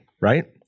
right